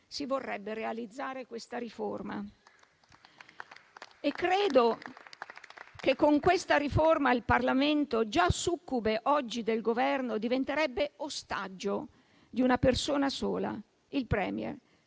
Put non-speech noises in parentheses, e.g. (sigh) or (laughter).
si vorrebbe realizzare questa riforma. (applause) Credo che con questa riforma il Parlamento, già succube oggi del Governo, diventerebbe ostaggio di una persona sola, il *Premier*.